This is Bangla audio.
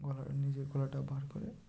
গলা নিজের গলাটা বার করে